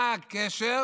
מה הקשר